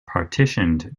partitioned